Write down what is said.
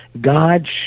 God